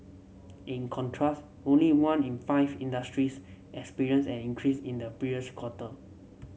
in contrast only one in five industries experienced an increase in the previous quarter